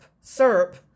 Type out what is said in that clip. syrup